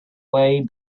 way